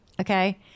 okay